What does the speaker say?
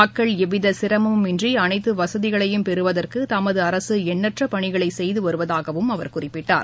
மக்கள் எவ்வித சிரமுமின்றி அனைத்து வசதிகளையும் பெறுவதற்கு தமது அரசு எண்ணற்ற பணிகளை செய்து வருவதாகவும் அவர் குறிப்பிட்டார்